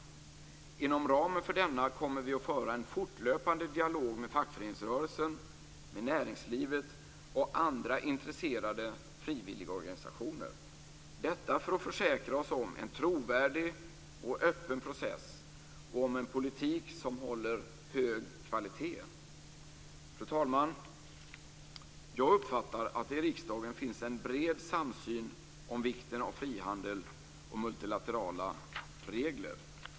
Inom ramen för denna kommer vi att föra en fortlöpande dialog med fackföreningsrörelsen, näringslivet och andra intresserade frivilligorganisationer - detta för att försäkra oss om en trovärdig och öppen process och om en politik som håller hög kvalitet. Fru talman! Jag uppfattar att det i riksdagen finns en bred samsyn om vikten av frihandel och multilaterala regler.